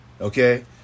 okay